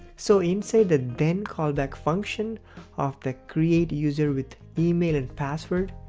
so, inside the then callback function of the createuserwithemailandpassword,